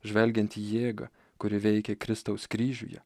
žvelgiant į jėgą kuri veikia kristaus kryžiuje